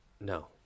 no